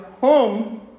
home